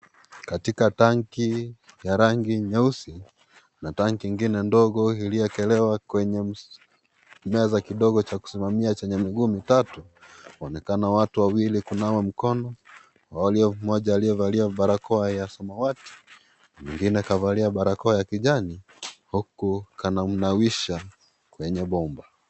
Katika tanki ya rangi nyeusi na tanki ingine ndogo iliyowekelewa kwenye meza kidogo cha kusimamia chenye miguu mitatu waonekana watu wawili kunawa mkono mmoja aliyevalia barakoa ya rangi samawati mwingine kavalia barakoa ya kijani huku anamnawisha kwenye bomba.